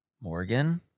Morgan